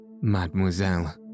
Mademoiselle